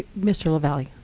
mr. lavalley,